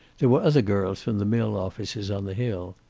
there were other girls from the mill offices on the hill.